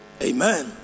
Amen